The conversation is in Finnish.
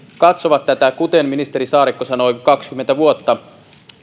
katsovat tätä kuten ministeri saarikko sanoi kaksikymmentä vuotta